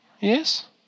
Yes